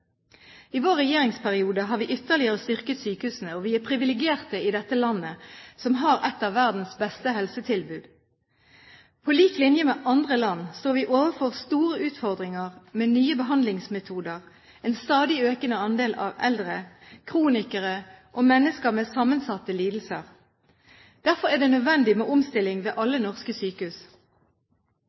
I vår regjeringsperiode har vi ytterligere styrket sykehusene, og vi er privilegerte i dette landet som har et av verdens beste helsetilbud. På lik linje med andre land står vi overfor store utfordringer med nye behandlingsmetoder, en stadig økende andel eldre, kronikere og mennesker med sammensatte lidelser. Derfor er det nødvendig med omstilling ved alle norske sykehus.